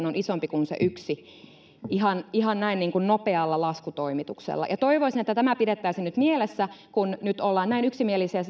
on isompi kuin se yksi ihan ihan näin niin kuin nopealla laskutoimituksella toivoisin että tämä pidettäisiin mielessä kun nyt ollaan näin yksimielisiä